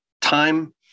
time